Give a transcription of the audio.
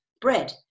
Bread